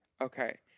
Okay